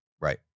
right